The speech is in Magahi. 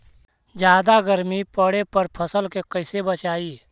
जादा गर्मी पड़े पर फसल के कैसे बचाई?